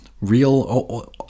real